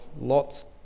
Lot's